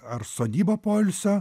ar sodyba poilsio